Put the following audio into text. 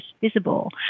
visible